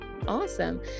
awesome